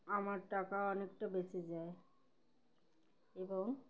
আমার টাকা অনেকটা বেঁচে যায় এবং